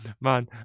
man